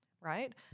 right